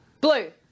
Blue